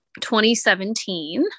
2017